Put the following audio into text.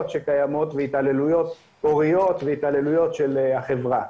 שקיימות והתעללויות הוריות והתעללויות של החברה.